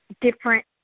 different